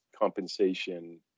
compensation